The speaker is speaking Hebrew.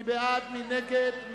56 בעד, נגד,